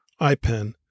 IPEN